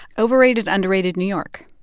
overrated underrated new york